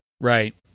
Right